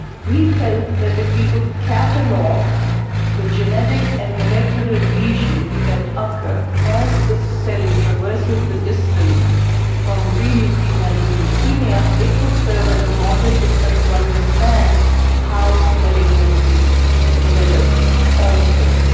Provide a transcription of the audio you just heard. we felt that if we could catalog the genetic and molecular lesions that occur as the cell traverses the distance from pre-leukemia to leukemia it could serve as a model system to understand how malignancy develops also.